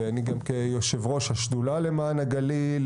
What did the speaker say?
אני גם כיושב ראש השדולה למען הגליל,